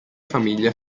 famiglia